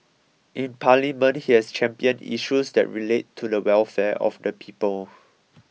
in Parliament he has championed issues that relate to the welfare of the people